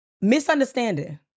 misunderstanding